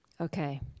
okay